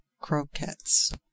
Croquettes